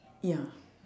ya